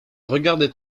regardait